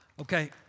Okay